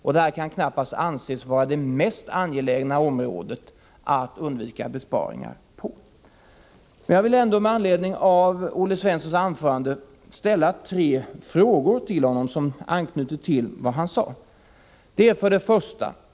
Det här kan knappast anses vara det mest angelägna området att undvika besparingar på. Jag vill ändå med anledning av Olle Svenssons anförande ställa tre frågor till honom som anknyter till vad han sade. 1.